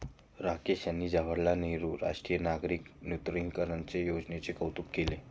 राकेश यांनी जवाहरलाल नेहरू राष्ट्रीय नागरी नूतनीकरण योजनेचे कौतुक केले